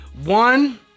One